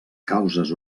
causes